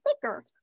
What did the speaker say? thicker